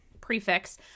Prefix